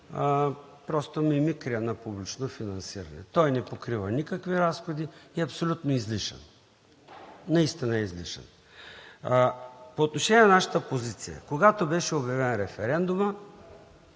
лев е мимикрия на публично финансиране. Той не покрива никакви разходи и е абсолютно излишен. Наистина е излишен. По отношение на нашата позиция. Когато беше обявен референдумът,